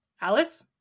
Alice